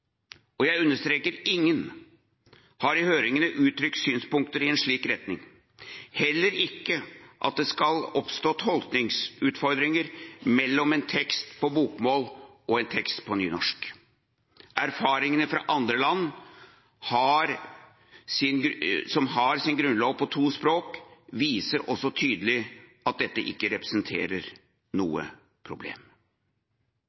og jeg understreker ingen – har i høringene uttrykt synspunkter i en slik retning, heller ikke at det skal oppstå tolkningsutfordringer mellom en tekst på bokmål og en tekst på nynorsk. Erfaringene fra andre land som har sin grunnlov på to språk, viser også tydelig at dette ikke representerer